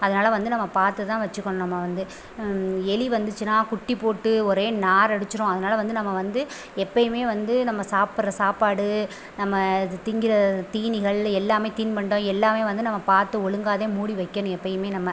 அதனால் வந்து நம்ம பார்த்துதான் வச்சுக்கிணும் நம்ம வந்து எலி வந்துச்சுனால் குட்டி போட்டு ஒரே நார அடித்திடும் அதனால வந்து நம்ப வந்து எப்பவுமே வந்து நம்ப சாப்பிட்ற சாப்பாடு நம்ம திங்கிற தீனிகள் எல்லாமே தின்பண்டம் எல்லாமே வந்து நம்ம பார்த்து ஒழுங்காகதான் மூடி வைக்கணும் எப்பவுமே நம்ம